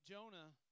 Jonah